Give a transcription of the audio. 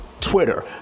Twitter